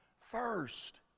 first